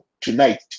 tonight